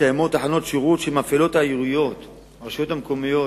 קיימות תחנות שירות שמפעילות הרשויות המקומיות,